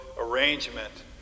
arrangement